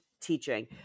teaching